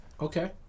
okay